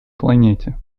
планете